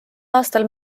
aastal